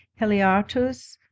Heliartus